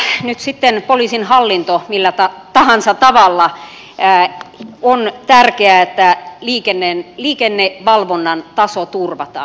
järjestetäänpä nyt sitten poliisin hallinto millä tahansa tavalla on tärkeää että liikennevalvonnan taso turvataan